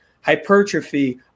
hypertrophy